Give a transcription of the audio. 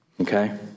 Okay